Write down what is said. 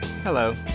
Hello